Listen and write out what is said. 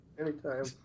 anytime